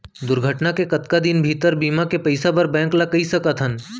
दुर्घटना के कतका दिन भीतर बीमा के पइसा बर बैंक ल कई सकथन?